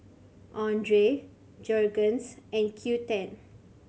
Andre Jergens and Qoo ten